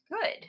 good